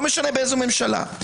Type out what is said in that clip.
לא משנה באיזו ממשלה,